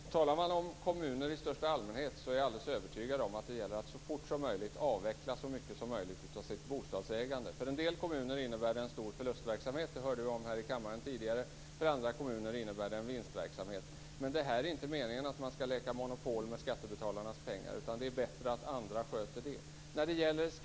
Fru talman! Talar man om kommuner i största allmänhet är jag alldeles övertygad om att det gäller att så fort som möjligt avveckla så mycket som möjligt av bostadsägandet. För en del kommuner innebär det en stor förlustverksamhet. Det hörde vi om här i kammaren tidigare. För andra kommuner innebär det en vinstverksamhet. Men det är inte meningen att man skall spela Monopol med skattebetalarnas pengar. Det är bättre att andra sköter detta.